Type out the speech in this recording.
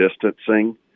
distancing